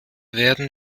werden